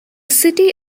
city